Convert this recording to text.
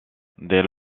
des